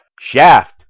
Shaft